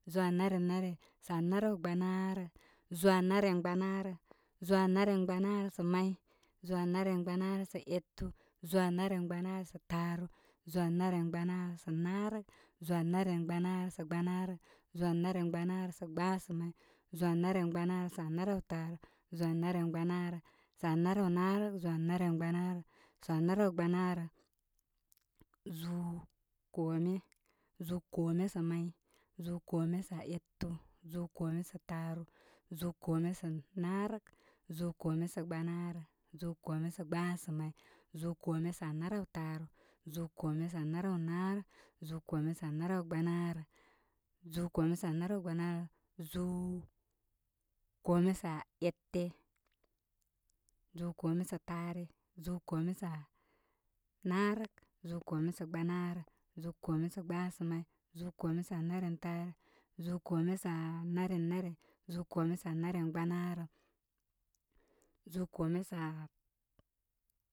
Zubraū anarenare sanarawgbanarə, zūū anarengbanarə zūūanarengbanarə sa may, zūū anarengbanarə sa etu, zūū anaren gbamarə sa taaru, zūū anaren gbarə. Sa naarək, zūū an aren gbarə sa gbanarə, zūū anarengbanarə sa gbasamay, zūū anarengbanarə sa gbasamay, zūū anaren gbanarə, sa anaraw taaru, zūū anaren gbanarə sa anarawnaarək, zūū anarengbanarəsa anaraw gbanarə, zūū koome zūū koome sa may, zūū koome sa etu, zūūkoome sa taaru, zūū koome sa narək, zūūkoome sagbanarə, zūū koome sagbasamay zuarū koome sa narawtaaru, zuukome sa narawnaarək, zūūkoome sa narawgbanarə, zūūkoome sa narawgbanarə, zūū koome saete, zūūkoome sa taare, zūū koome sa naarək zūū koome sa gbanarə, zūū koome sa gbasamay, zūū kome sa naren taare, zūū koome sa narenare, zūū kome sa naren gbanarə, zūū koome sa.